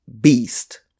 beast